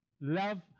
Love